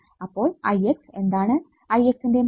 അപ്പോൾ ix എന്താണ് ix ന്റെ മൂല്യം